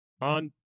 on